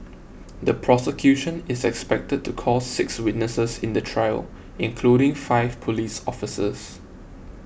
the prosecution is expected to call six witnesses in the trial including five police officers